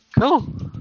Cool